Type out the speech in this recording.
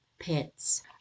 pets